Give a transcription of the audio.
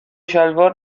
شلوار